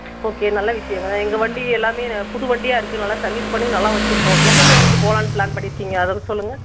okay நல்ல விஷயம்ங்க எங்கள் வண்டி எல்லாமே புது வண்டியாக இருக்குறதுனால சர்வீஸ் பண்ணி நல்லா வைச்சிருக்கோம் எந்தெந்த ஊருக்கு போகலாம்னு ப்ளான் பண்ணியிருக்கிங்க அதாவது சொல்லுங்கள்